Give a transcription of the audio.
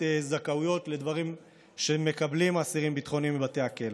זכאויות שמקבלים אסירים ביטחוניים בבתי הכלא.